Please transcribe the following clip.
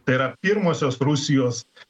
tai yra pirmosios rusijos